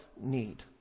need